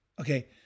Okay